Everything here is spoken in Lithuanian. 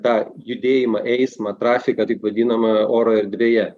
tą judėjimą eismą trafiką taip vadinamą oro erdvėje